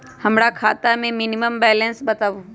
हमरा खाता में मिनिमम बैलेंस बताहु?